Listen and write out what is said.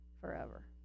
forever